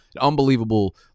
Unbelievable